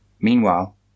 Meanwhile